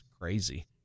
crazy